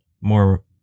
more